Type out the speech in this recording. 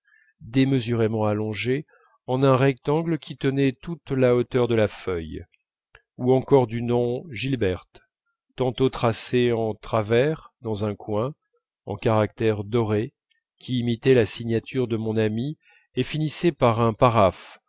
démesurément allongé en un rectangle qui tenait toute la hauteur de la feuille ou encore du nom gilberte tantôt tracé en travers dans un coin en caractères dorés qui imitaient la signature de mon amie et finissaient par un paraphe